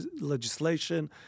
legislation